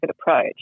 approach